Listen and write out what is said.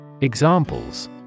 Examples